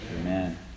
Amen